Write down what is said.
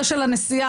זה של הנשיאה.